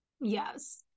Yes